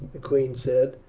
the queen said.